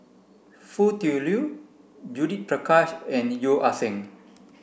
Foo Tui Liew Judith Prakash and Yeo Ah Seng